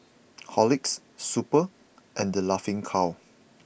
Horlicks Super and The Laughing Cow